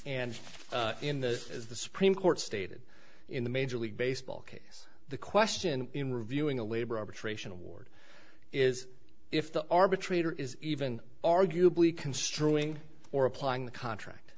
and in this is the supreme court stated in the major league baseball case the question in reviewing a labor arbitration award is if the arbitrator is even arguably construing or applying the contract